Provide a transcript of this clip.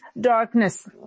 darkness